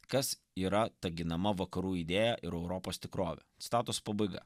kas yra ta ginama vakarų idėja ir europos tikrovė citatos pabaiga